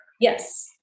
Yes